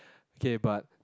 K but